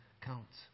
counts